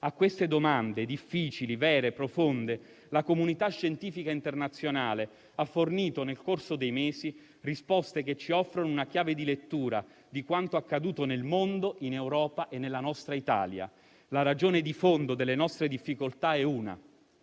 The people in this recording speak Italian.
A queste domande difficili, vere, profonde, la comunità scientifica internazionale ha fornito nel corso dei mesi risposte che ci offrono una chiave di lettura di quanto accaduto nel mondo, in Europa e nella nostra Italia. La ragione di fondo delle nostre difficoltà è una: